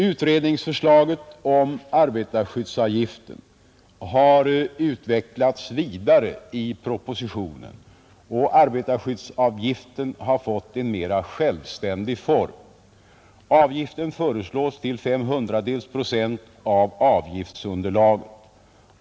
Utredningsförslaget om arbetarskyddsavgiften har utvecklats vidare i propositionen, och arbetarskyddsavgiften har fått en mer självständig form. Avgiften föreslås till fem hundradels procent av avgiftsunderlaget.